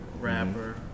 rapper